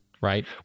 Right